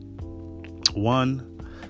one